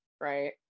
right